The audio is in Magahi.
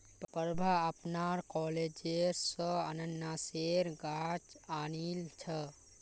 प्रभा अपनार कॉलेज स अनन्नासेर गाछ आनिल छ